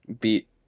beat